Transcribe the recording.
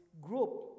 group